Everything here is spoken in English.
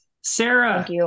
Sarah